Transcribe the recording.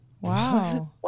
Wow